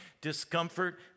Discomfort